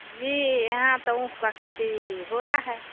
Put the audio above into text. जी यहाँ तो ऊख का खेती होता है